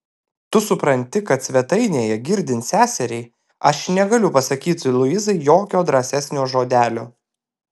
tu supranti kad svetainėje girdint seseriai aš negaliu pasakyti luizai jokio drąsesnio žodelio